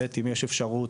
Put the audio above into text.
ב׳- אם יש אפשרות,